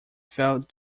felt